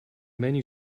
menu